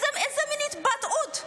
איזו מין התבטאות?